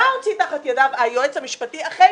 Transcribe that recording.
מה הוציא תחתי ידיו היועץ המשפטי אחרי